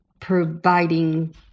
providing